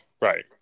Right